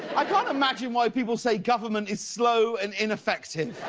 i can't imagine why people say government is slow and ineffective.